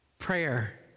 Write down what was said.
prayer